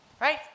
right